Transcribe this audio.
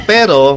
Pero